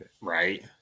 Right